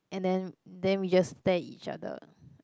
and then then we just stare each other